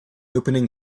opening